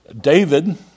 David